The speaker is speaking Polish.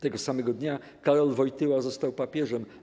Tego samego dnia Karol Wojtyła został papieżem.